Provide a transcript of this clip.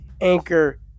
Anchor